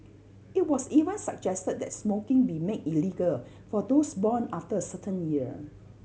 it was even suggested that smoking be made illegal for those born after a certain year